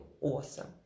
awesome